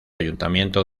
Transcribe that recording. ayuntamiento